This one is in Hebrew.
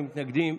אין מתנגדים,